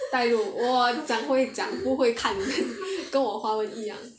带路 !wah! 讲会讲不会看跟我华文一样